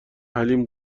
حلیم